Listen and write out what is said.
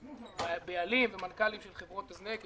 מבעלים וממנכ"לים של חברות הזנק.